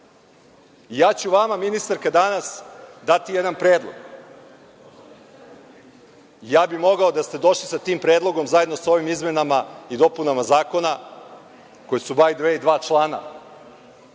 ću vama, ministarka, danas dati jedan predlog. Ja bih mogao, da ste došli sa tim predlogom, zajedno sa ovim izmenama i dopunama Zakona, koje su dva člana,